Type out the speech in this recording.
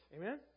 Amen